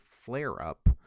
flare-up